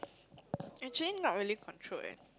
actually not really controlled eh